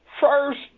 first